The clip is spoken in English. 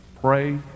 pray